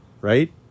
Right